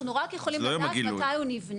נכון, אנחנו רק יכולים לדעת מתי הוא נבנה.